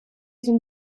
zijn